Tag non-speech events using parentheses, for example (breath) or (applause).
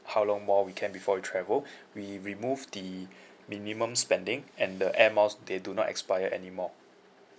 how long more we can before you travel (breath) we removed the minimum spending and the air miles they do not expire anymore